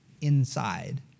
inside